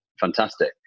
fantastic